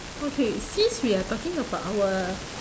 okay since we are talking about our